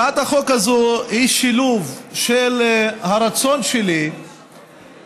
הצעת החוק הזאת היא שילוב של הרצון שלי להביא